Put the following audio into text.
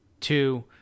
two